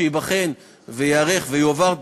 שייבחן וייערך ויועבר,